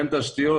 אין תשתיות,